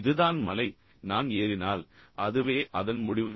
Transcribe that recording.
இதுதான் மலை நான் ஏறினால் அதுவே அதன் முடிவு